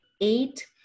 eight